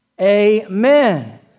Amen